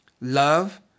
love